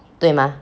对吗